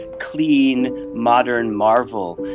clean, modern marvel,